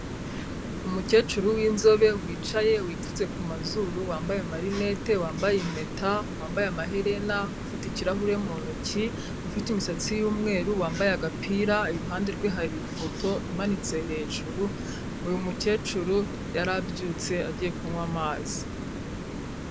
Umukecuru w'inzobe wicaye wipfutse ku mazuru, wambaye amarinete, wambaye impeta, wambaye amaherena ufite ikirahure mu ntoki, ufite imisatsi y'umweru, wambaye agapira, iruhande rwe hari ifoto imanitse hejuru. Uyu mukecuru yari abyutse agiye kunywa amazi.